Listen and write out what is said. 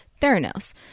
Theranos